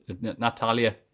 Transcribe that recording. Natalia